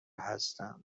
هستم